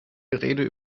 gerede